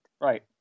Right